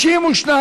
הצבעה.